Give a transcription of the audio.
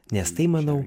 nes tai manau